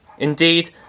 Indeed